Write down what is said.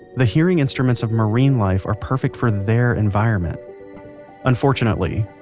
the hearing instruments of marine life are perfect for their environment unfortunately,